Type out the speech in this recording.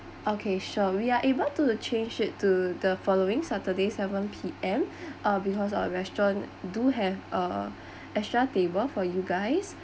okay sure we are able to change it to the following saturday seven P_M uh because our restaurant do have a extra table for you guys